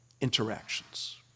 interactions